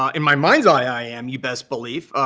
um in my mind's eye, i am, you best believe.